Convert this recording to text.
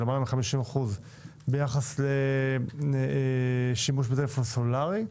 50-40 אחוזים ביחס לשימוש בטלפון סלולרי.